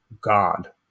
God